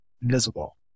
visible